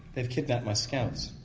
they've kidnapped my scouts.